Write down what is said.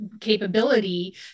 capability